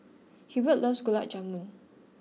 Hubert loves Gulab Jamun